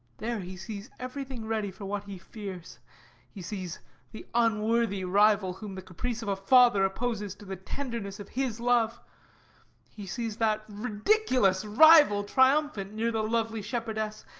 there he sees everything ready for what he fears he sees the unworthy rival whom the caprice of a father opposes to the tenderness of his love he sees that ridiculous rival triumphant near the lovely shepherdess,